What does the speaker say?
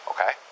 Okay